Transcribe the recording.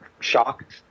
shocked